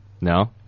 No